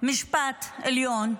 המשפט העליון,